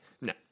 No